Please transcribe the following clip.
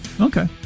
Okay